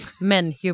men